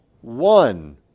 one